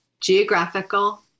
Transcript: geographical